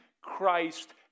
Christ